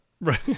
Right